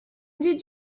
did